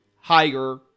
higher